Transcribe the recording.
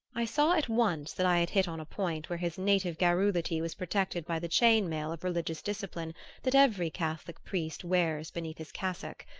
i saw at once that i had hit on a point where his native garrulity was protected by the chain-mail of religious discipline that every catholic priest wears beneath his cassock.